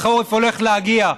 החורף הולך להגיע.